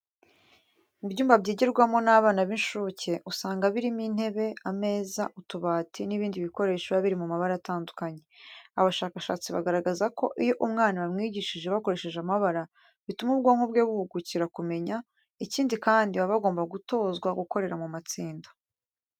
Mu byumba byigirwamo n'abana b'incuke usanga birimo intebe, ameza, utubati n'ibindi bikoresho biba biri mu mabara atandukanye. Abashakashatsi bagaragaza ko iyo umwana bamwigishije bakoresheje amabara, bituma ubwonko bwe buhugukira kumenya. Ikindi kandi baba bagomba gutozwa gukorera mu matsinda.